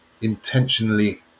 intentionally